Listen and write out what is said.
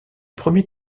premiers